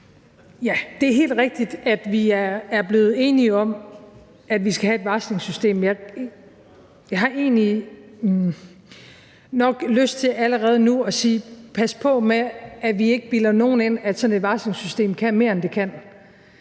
Ja, det er helt rigtigt, at vi er blevet enige om, at vi skal have et varslingssystem. Jeg har egentlig nok lyst til allerede nu at sige: Pas på med, at vi ikke bilder nogen ind, at sådan et varslingssystem kan mere, end det kan.